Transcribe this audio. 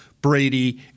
Brady